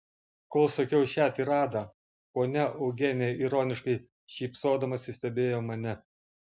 kol sakiau šią tiradą ponia eugenija ironiškai šypsodamasi stebėjo mane